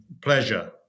Pleasure